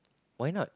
why not